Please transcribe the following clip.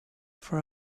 for